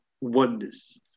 oneness